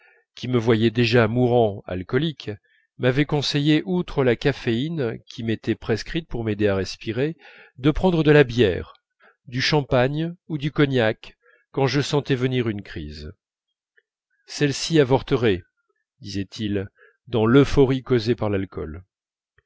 qui me voyait déjà mourant alcoolique m'avait conseillé outre la caféine qui m'était prescrite pour m'aider à respirer de prendre de la bière du champagne ou du cognac quand je sentais venir une crise celles-ci avorteraient disait-il dans l euphorie causée par l'alcool